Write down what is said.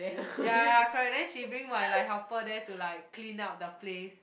ya ya correct then she bring my like helper there to like clean up the place